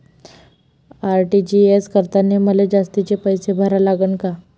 RTGS करतांनी मले जास्तीचे पैसे भरा लागन का?